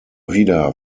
wieder